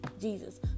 Jesus